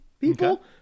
people